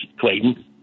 Clayton